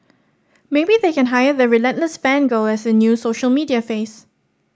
maybe they can hire the relentless fan girl as their new social media face